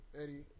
Eddie